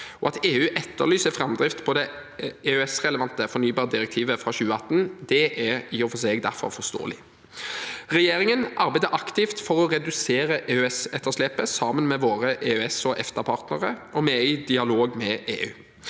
At EU etterlyser framdrift på det EØS-relevante fornybardirektivet fra 2018, er i og for seg derfor forståelig. Regjeringen arbeider aktivt for å redusere EØS-etterslepet, sammen med våre EØS-/EFTA-partnere, og vi er i dialog med EU.